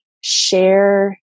share